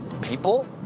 people